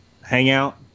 hangout